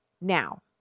now